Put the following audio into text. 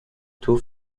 two